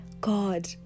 God